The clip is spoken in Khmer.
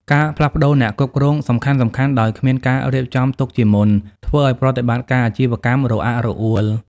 ការផ្លាស់ប្តូរអ្នកគ្រប់គ្រងសំខាន់ៗដោយគ្មានការរៀបចំទុកជាមុន ធ្វើឱ្យប្រតិបត្តិការអាជីវកម្មរអាក់រអួល។